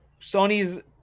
Sony's